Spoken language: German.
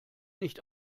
nicht